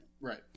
Right